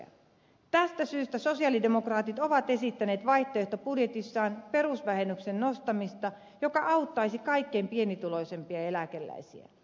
tästä syystä sosialidemokraatit ovat esittäneet vaihtoehtobudjetissaan perusvähennyksen nostamista joka auttaisi kaikkein pienituloisimpia eläkeläisiä